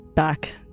Back